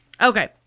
Okay